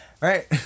Right